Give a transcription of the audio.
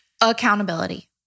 Accountability